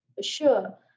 Sure